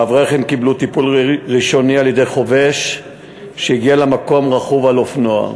האברכים קיבלו טיפול ראשוני על-ידי חובש שהגיע למקום רכוב על אופנוע.